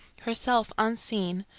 herself unseen,